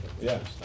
Yes